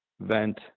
vent